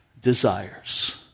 desires